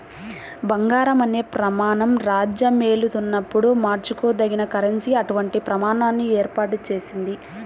బంగారం అనే ప్రమాణం రాజ్యమేలుతున్నప్పుడు మార్చుకోదగిన కరెన్సీ అటువంటి ప్రమాణాన్ని ఏర్పాటు చేసింది